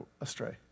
astray